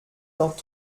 dort